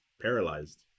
paralyzed